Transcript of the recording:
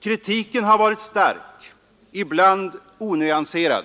Kritiken har varit stark, ibland onyanserad.